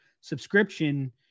subscription